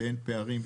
שאין פערים,